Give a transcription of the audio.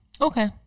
Okay